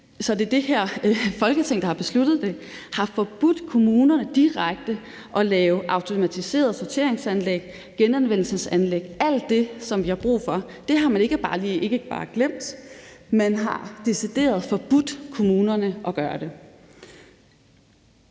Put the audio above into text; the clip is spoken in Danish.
så det er det her Folketing, der har besluttet det – og som har forbudt kommunerne, direkte, at lave automatiserede sorteringsanlæg, genanvendelsesanlæg; alt det, som vi har brug for. Det har man ikke bare lige glemt; man har decideret forbudt kommunerne at gøre det.